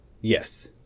yes